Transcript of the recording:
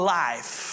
life